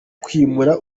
kwimura